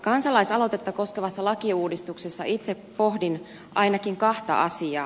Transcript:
kansalaisaloitetta koskevassa lakiuudistuksessa itse pohdin ainakin kahta asiaa